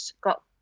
got